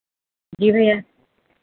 जी भैया